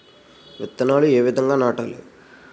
విత్తనాలు ఏ విధంగా నాటాలి?